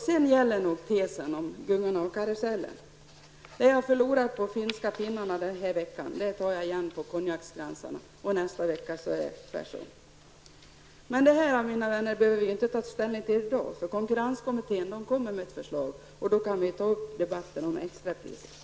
Sedan gäller nog tesen om gungorna och karusellen. Det jag förlorar på de finska pinnarna den här veckan tar jag igen på konjakskransarna nästa vecka eller tvärtom. Men detta, mina vänner, behöver vi inte ta ställning till här i dag. Konkurrenskommittén skall komma med ett förslag, och då kan vi ta upp debatten om extrapriser.